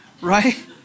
Right